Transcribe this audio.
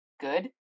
Good